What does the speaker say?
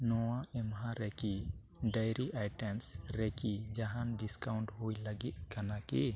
ᱱᱚᱣᱟ ᱮᱢᱟᱦᱟ ᱨᱮᱠᱤ ᱨᱮᱠᱤ ᱡᱟᱦᱟᱱ ᱦᱩᱭ ᱞᱟᱹᱜᱤᱫ ᱠᱟᱱᱟ ᱠᱤ